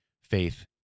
faith